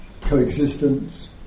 coexistence